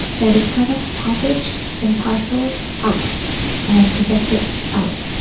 that is kind of packaged and parcelled out and projected out.